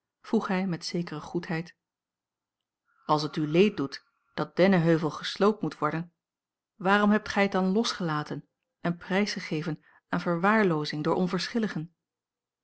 hij met zekere goedheid als het u leed doet dat dennenheuvel gesloopt moet worden waarom hebt gij het dan losgelaten en prijsgegeven aan verwaarloozing door onverschilligen